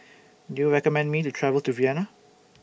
Do YOU recommend Me to travel to Vienna